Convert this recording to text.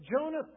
Jonah